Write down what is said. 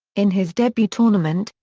in his debut tournament,